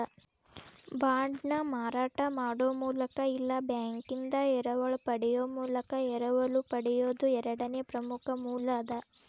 ಬಾಂಡ್ನ ಮಾರಾಟ ಮಾಡೊ ಮೂಲಕ ಇಲ್ಲಾ ಬ್ಯಾಂಕಿಂದಾ ಎರವಲ ಪಡೆಯೊ ಮೂಲಕ ಎರವಲು ಪಡೆಯೊದು ಎರಡನೇ ಪ್ರಮುಖ ಮೂಲ ಅದ